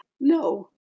No